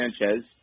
Sanchez